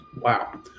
Wow